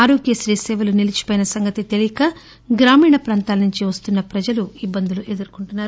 ఆరోగ్యశ్రీ సేవలు నిలిచిపోయిన సంగతి తెలియక గ్రామీణ ప్రాంతాల నుంచి వస్తున్న ప్రజలు ఇబ్బందులు ఎదుర్కొంటున్నారు